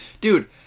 Dude